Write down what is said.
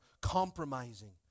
compromising